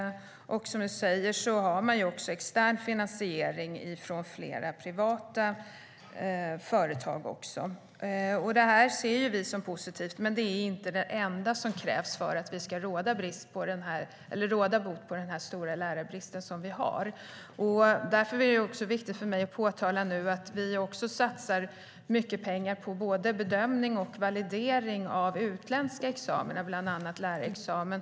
Man har, som du säger, också extern finansiering från flera privata företag. Vi ser detta som positivt. Men det är inte det enda som krävs för att vi ska råda bot på den stora lärarbrist vi har. Det är därför viktigt för mig att framhålla att vi också satsar mycket pengar på bedömning och validering av utländska examina, bland annat lärarexamen.